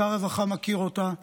שר הרווחה מכיר אותה,